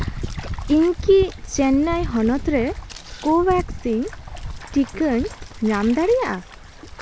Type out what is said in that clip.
ᱤᱧ ᱠᱤ ᱪᱮᱱᱱᱟᱭ ᱦᱚᱱᱚᱛ ᱨᱮ ᱠᱳᱵᱮᱠᱥᱤᱱ ᱴᱤᱠᱟᱹᱧ ᱧᱟᱢ ᱫᱟᱲᱮᱭᱟᱜᱼᱟ